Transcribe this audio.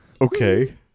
Okay